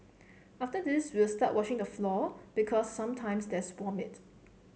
after this we will start washing the floor because sometimes there's vomit